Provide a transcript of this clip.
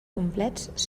complets